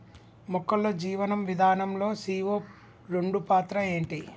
మొక్కల్లో జీవనం విధానం లో సీ.ఓ రెండు పాత్ర ఏంటి?